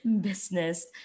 business